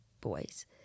boys